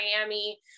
Miami